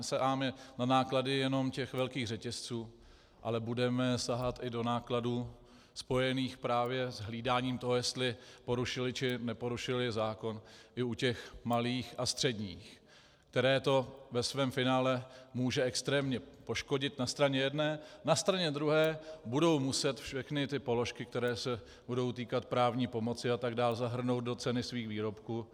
Nesaháme na náklady jenom velkých řetězců, ale budeme sahat i do nákladů spojených s hlídáním toho, jestli porušili, či neporušili zákon i u těch malých a středních, které to ve svém finále může extrémně poškodit na straně jedné, na straně druhé budou muset všechny položky, které se budou týkat právní pomoci atd., zahrnout do ceny svých výrobků.